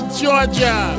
georgia